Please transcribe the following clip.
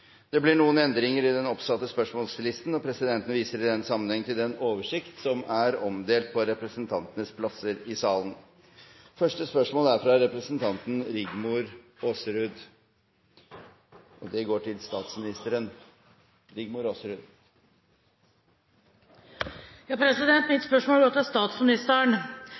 Det blir noen endringer i den oppsatte spørsmålslisten, og presidenten viser i den sammenheng til den oversikt som er omdelt på representantenes plasser i salen. De foreslåtte endringer foreslås godkjent. – Det anses vedtatt. Endringene var som følger: Spørsmålene 11 og 12, fra henholdsvis representantene Sverre Myrli og Anniken Huitfeldt til